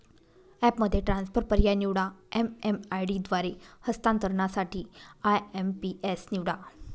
ॲपमध्ये ट्रान्सफर पर्याय निवडा, एम.एम.आय.डी द्वारे हस्तांतरणासाठी आय.एम.पी.एस निवडा